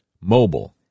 Mobile